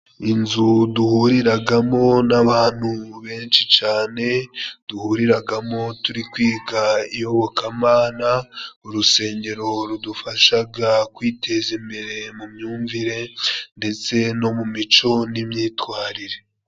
Inzu duhuriragamo n'abantu benshi cane, duhuriragamo turi kwiga iyobokamana, urusengero rudufashaga kwiteza imbere mu myumvire ndetse no mu mico n'imyitwarire.